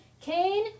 Cain